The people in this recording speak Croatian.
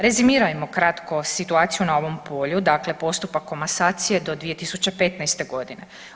Rezimirajmo kratko situaciju na ovom polju dakle, postupak komasacije do 2015. godine.